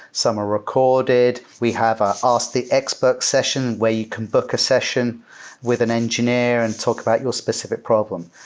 some are recorded. we have a ask the expert session where you can book a session with an engineer and talk about your specific problem.